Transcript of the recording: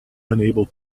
unable